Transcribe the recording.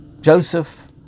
Joseph